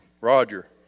Roger